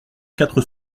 quatre